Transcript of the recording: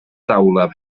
taula